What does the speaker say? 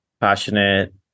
passionate